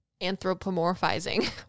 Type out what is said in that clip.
anthropomorphizing